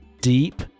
deep